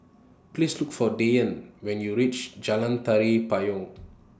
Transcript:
Please Look For Devyn when YOU REACH Jalan Tari Payong